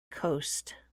coast